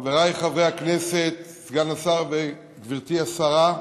חבריי חברי הכנסת, סגן השר וגברתי השרה,